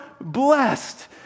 blessed